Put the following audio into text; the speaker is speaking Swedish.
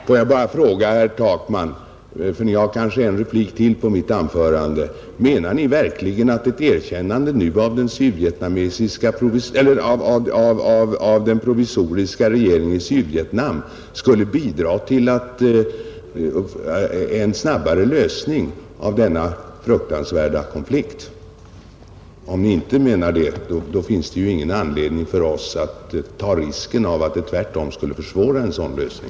Fru talman! Får jag bara fråga herr Takman, som kanske har rätt till ytterligare en replik på mitt anförande: Menar Ni verkligen att ert erkännande nu av den provisoriska regeringen i Sydvietnam skulle bidra till en snabbare lösning av denna fruktansvärda konflikt? Om Ni inte menar det, finns det ju ingen anledning för oss att ta risken av att det tvärtom skulle försvåra en sådan lösning.